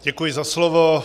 Děkuji za slovo.